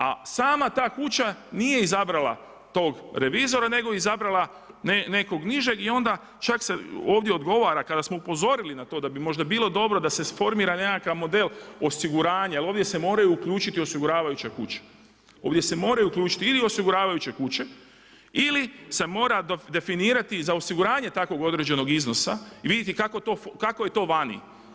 A sama ta kuća nije izabrala tog revizora nego je izabrala nekog nižeg i onda čak se ovdje odgovara, kada smo upozorili na to da bi možda bilo da se sformira nekakav model osiguranja jer ovdje se moraju uključiti osiguravajuće kuće, ovdje se moraju uključiti ili osiguravajuće kuće ili se mora definirati za osiguranje takvog određenog iznosa, vidjeti kako je to vani.